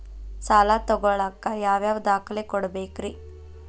ಸಾಲ ತೊಗೋಳಾಕ್ ಯಾವ ಯಾವ ದಾಖಲೆ ಕೊಡಬೇಕ್ರಿ?